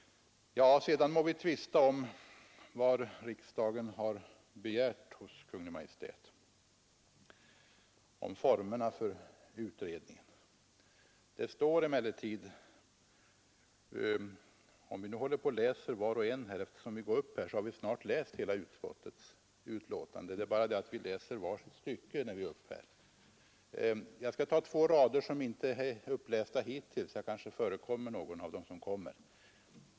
Sedan kan vi tvista om vad riksdagen har begärt hos Kungl. Maj:t rörande formerna för utredningen. Om var och en av oss läser upp ett stycke ur det utskottsbetänkande som det här gäller, så har vi snart läst hela betänkandet. Jag skall nu bara läsa två rader, som hittills inte har blivit upplästa. Därmed kanske jag förekommer någon av de andra talarna.